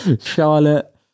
Charlotte